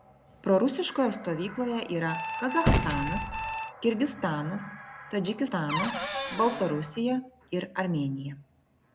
prorusiškoje stovykloje yra kazachstanas kirgizstanas tadžikistanas baltarusija ir armėnija